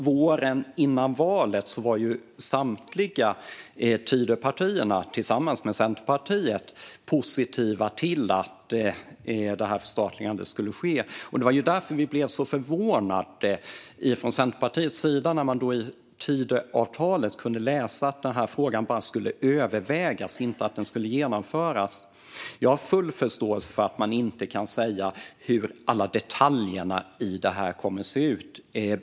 Våren före valet var samtliga Tidöpartier tillsammans med Centerpartiet positiva till att förstatligandet skulle ske. Det var därför vi blev så förvånade från Centerpartiets sida när vi i Tidöavtalet kunde läsa att frågan bara skulle övervägas och inte att den skulle genomföras. Jag har full förståelse för att man inte kan säga hur alla detaljerna kommer att se ut.